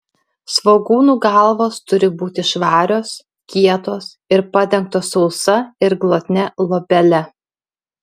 svogūnų galvos turi būti švarios kietos ir padengtos sausa ir glotnia luobele